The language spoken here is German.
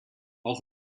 auch